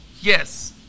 Yes